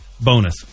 bonus